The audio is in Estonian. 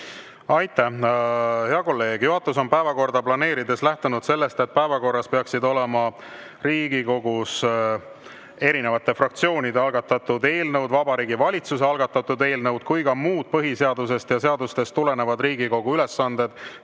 Aitäh! Hea kolleeg, juhatus on päevakorda planeerides lähtunud sellest, et päevakorras peaksid olema Riigikogu erinevate fraktsioonide algatatud eelnõud, Vabariigi Valitsuse algatatud eelnõud ja ka muud põhiseadusest ja seadustest tulenevad Riigikogu ülesanded,